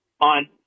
on